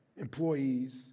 employees